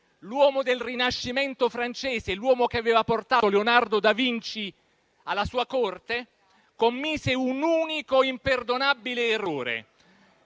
uomo del Rinascimento francese, che aveva portato Leonardo da Vinci alla sua corte, commise un unico, imperdonabile errore: